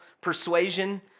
persuasion